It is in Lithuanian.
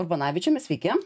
urbonavičiumi sveiki